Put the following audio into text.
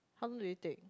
how long do you take